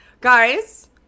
Guys